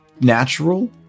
natural